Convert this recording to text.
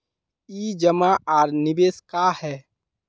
ई जमा आर निवेश का है?